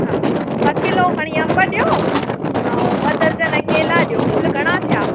हा ॿ किलो खणी अम्ब ॾियो ऐं ॿ दरजन केला ॾियो कुल घणा थिया